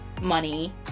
money